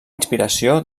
inspiració